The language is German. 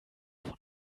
von